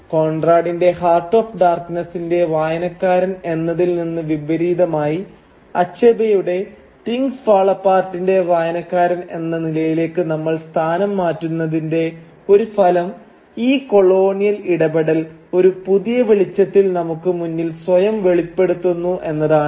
കൊൺറാടിന്റെ heart of ഡാർക്നെസ്സിന്റെ വായനക്കാരൻ എന്നതിൽനിന്ന് വിപരീതമായി അച്ഛബേയുടെ തിങ്സ് ഫാൾ അപ്പാർട്ടിന്റെ വായനക്കാരൻ എന്ന നിലയിലേക്ക് നമ്മൾ സ്ഥാനം മാറുന്നതിന്റെ ഒരു ഫലം ഈ കൊളോണിയൽ ഇടപെടൽ ഒരു പുതിയ വെളിച്ചത്തിൽ നമുക്ക് മുന്നിൽ സ്വയം വെളിപ്പെടുത്തുന്നു എന്നതാണ്